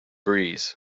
breeze